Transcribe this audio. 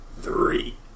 three